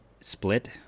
split